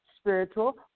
spiritual